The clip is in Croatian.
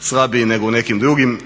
slabiji nego u nekim drugim